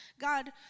God